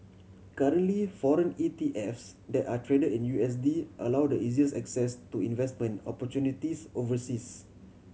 currently foreign ETFs that are trad in U S D allow the easiest access to investment opportunities overseas